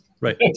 Right